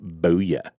Booyah